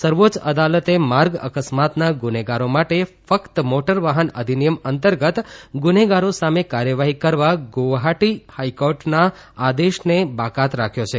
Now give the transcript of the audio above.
સર્વેચ્ય અદાલતે માર્ગ અકસ્માતના ગુનેગારી માટે ફક્ત મોટર વાહન અધિનિયમ અંતર્ગત ગુનેગારો સામે કાર્યવાહી કરવા ગુવહાટી હાઇકોર્ટના દેશને બાકાત રાખ્યો છે